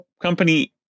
company